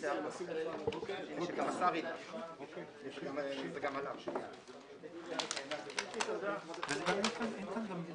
בשעה 11:08.